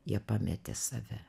jie pametė save